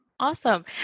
Awesome